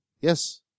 Yes